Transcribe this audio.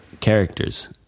characters